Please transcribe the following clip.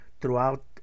Throughout